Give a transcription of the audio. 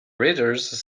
readers